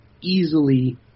easily